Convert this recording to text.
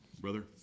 Brother